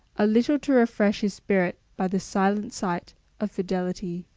a little to refresh his spirit by the silent sight of fidelity.